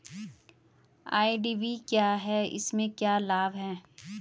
IDV क्या है इसमें क्या लाभ है?